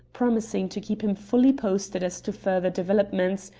promising to keep him fully posted as to further developments,